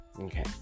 Okay